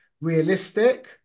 realistic